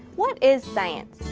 what is science?